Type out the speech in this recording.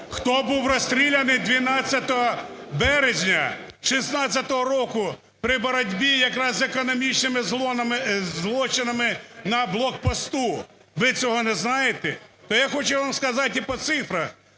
Хто був розстріляний 12 березня 16-го року при боротьбі якраз з економічними злочинами на блокпосту? Ви цього не знаєте? То я хочу вам сказати і по цифрах,